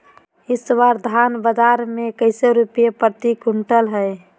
इस बार धान बाजार मे कैसे रुपए प्रति क्विंटल है?